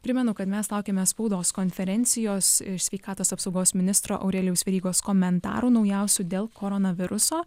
primenu kad mes laukiame spaudos konferencijos iš sveikatos apsaugos ministro aurelijaus verygos komentarų naujausių dėl koronaviruso